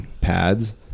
pads